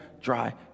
dry